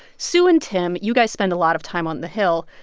sue and tim, you guys spend a lot of time on the hill.